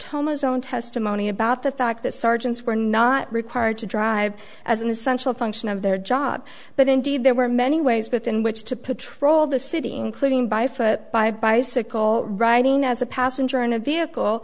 tomas own testimony about the fact that surgeons were not required to drive as an essential function of their job but indeed there were many ways both in which to patrol the city including by foot by bicycle riding as a passenger in a vehicle